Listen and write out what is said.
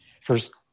first